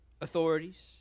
authorities